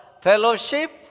fellowship